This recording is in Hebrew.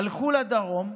הלכו לדרום,